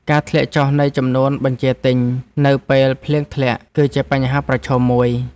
ការធ្លាក់ចុះនៃចំនួនបញ្ជាទិញ នៅពេលភ្លៀងធ្លាក់ គឺជាបញ្ហាប្រឈមមួយ។